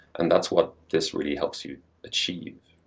and that's what this really helps you achieve.